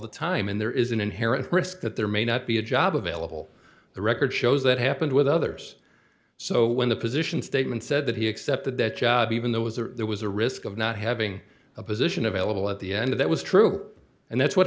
the time and there is an inherent risk that there may not be a job available the record shows that happened with others so when the position statement said that he accepted that job even though was there was a risk of not having a position available at the end that was true and that's what